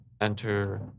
enter